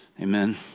amen